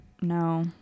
No